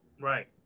Right